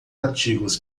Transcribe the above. artigos